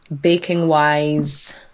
Baking-wise